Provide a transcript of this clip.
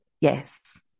Yes